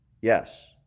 Yes